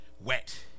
wet